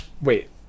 Wait